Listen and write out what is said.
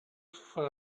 for